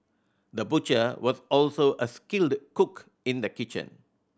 the butcher was also a skilled cook in the kitchen